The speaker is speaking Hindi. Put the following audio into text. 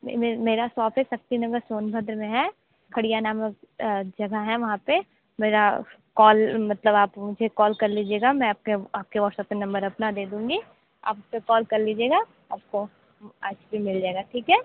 मेरा शॉप है शक्ति नगर सोनभद्र में है जगह है वहाँ पर मेरा कॉल मतलब आप मुझे कॉल कर लीजिएगा मैं आपके आपके व्हाट्सएप पर नंबर अपना दे दूँगी आप कॉल कर लीजिएगा आपको आइसक्रीम मिल जाएगी ठीक है